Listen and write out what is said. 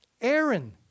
Aaron